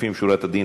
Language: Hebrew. לפנים משורת הדין,